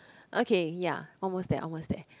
okay ya almost there almost there